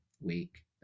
week